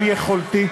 חבר הכנסת מיקי לוי,